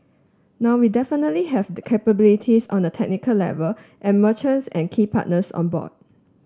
now we definitely have the capabilities on a technical level and merchants and key partners on board